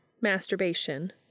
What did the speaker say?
Masturbation